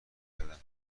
کردم